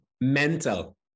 mental